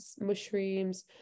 mushrooms